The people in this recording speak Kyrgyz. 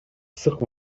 ысык